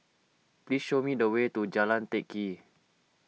please show me the way to Jalan Teck Kee